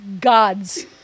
God's